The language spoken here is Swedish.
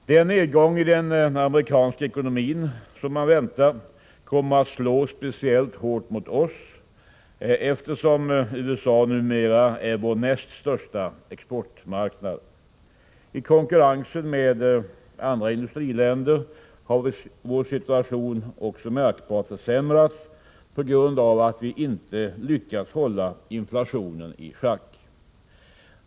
Den nedgång i den amerikanska ekonomin som man väntar kommer att slå speciellt hårt mot oss eftersom USA numera är vår näst största exportmarknad. I konkurrensen med andra industriländer har vår situation märkbart försämrats på grund av att vi inte lyckats hålla inflationen i schack.